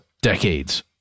decades